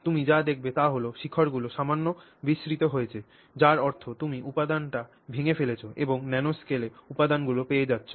তুমি যা দেখবে তা হল শিখরগুলি সামান্য বিস্তৃত হয়েছে যার অর্থ তুমি উপাদানটি ভেঙে ফেলেছ এবং ন্যানোস্কেল উপদানগুলি পেয়ে যাচ্ছ